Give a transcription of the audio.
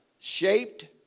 Shaped